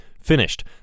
finished